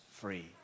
free